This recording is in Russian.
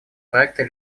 проекты